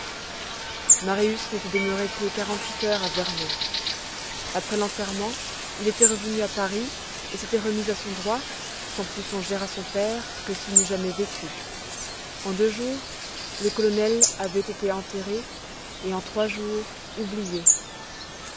marius n'était demeuré que quarante-huit heures à vernon après l'enterrement il était revenu à paris et s'était remis à son droit sans plus songer à son père que s'il n'eût jamais vécu en deux jours le colonel avait été enterré et en trois jours oublié